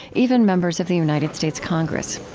even members of the united states congress